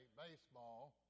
baseball